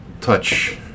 touch